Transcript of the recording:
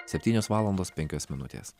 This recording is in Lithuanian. septynios valandos penkios minutės